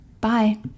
Bye